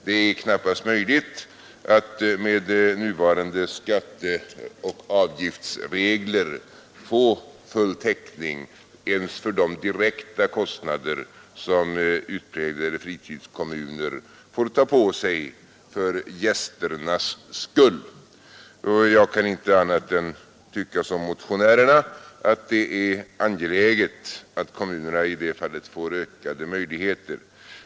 Det är knappast möjligt att med nuvarande skatteoch avgiftsregler få full täckning ens för de direkta kostnader som utpräglade fritidskommuner måste ta på sig för gästernas skull. Jag kan inte annat än tycka som motionärerna att det är angeläget att kommunerna i det fallet får ökade möjligheter.